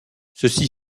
ceci